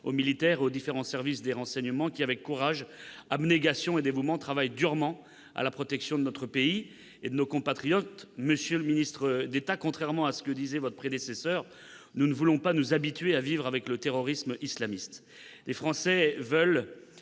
aux militaires et aux différents services de renseignement qui, avec courage, abnégation et dévouement, travaillent durement à la protection de notre pays et de nos compatriotes ! Monsieur le ministre d'État, contrairement à ce que disait votre prédécesseur, nous ne voulons pas nous habituer à vivre avec le terrorisme islamiste